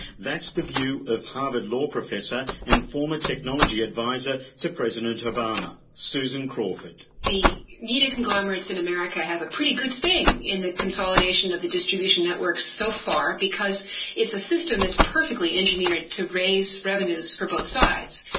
that's the view of harvard law professor and former technology adviser to president obama, susan crawford. the media conglomerates in america have a pretty good thing in the consolidation of the distribution networks so far because it's a system that's perfectly engineered to raise revenues for both sides.